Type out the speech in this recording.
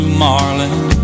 marlin